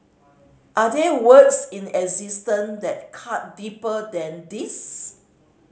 are there words in existence that cut deeper than these